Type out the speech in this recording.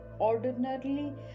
ordinarily